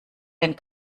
den